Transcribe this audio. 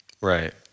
Right